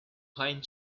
pine